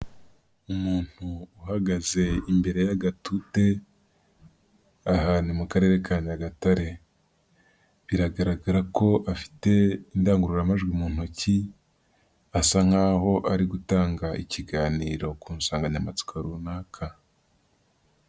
Umuntu uhagaze imbere y'agatute ahantu mu karere ka Nyagatare biragaragara ko afite indangururamajwi mu ntoki asa nkaho ari gutanga ikiganiro ku nsanganyamatsiko runaka.